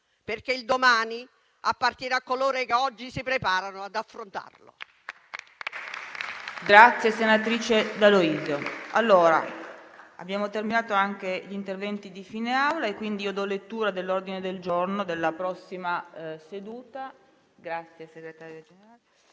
perché il domani appartiene a coloro che oggi si preparano ad affrontarlo.